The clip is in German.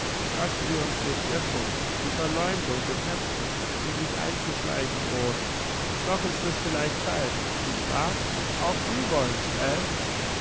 lassen sie uns den irrtum die verleumdung bekämpfen die sich einzuschleichen drohen noch ist es vielleicht zeit nicht wahr auch sie wollen